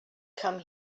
come